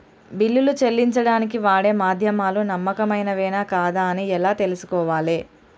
బిల్లులు చెల్లించడానికి వాడే మాధ్యమాలు నమ్మకమైనవేనా కాదా అని ఎలా తెలుసుకోవాలే?